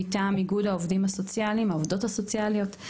מטעם איגוד העובדים והעובדות הסוציאליות,